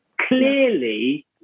Clearly